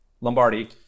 Lombardi